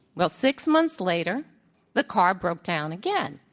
well, six months later the car broke down again,